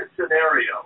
scenario